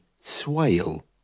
Swale